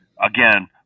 again